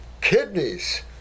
Kidneys